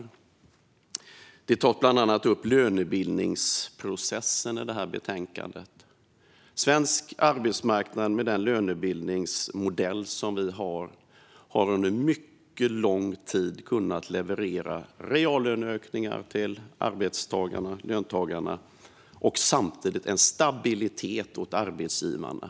I betänkandet tas bland annat lönebildningsprocessen upp. Svensk arbetsmarknad, med den lönebildningsmodell som vi har, har under mycket lång tid kunnat leverera reallöneökningar till arbetstagarna och löntagarna och samtidigt stabilitet för arbetsgivarna.